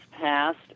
passed